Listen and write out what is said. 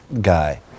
guy